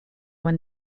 when